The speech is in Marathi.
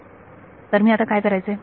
हो तर मी आता काय करायचे